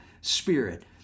spirit